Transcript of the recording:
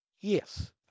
yes